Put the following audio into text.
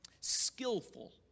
skillful